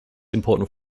important